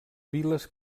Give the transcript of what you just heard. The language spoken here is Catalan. viles